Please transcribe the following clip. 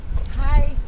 Hi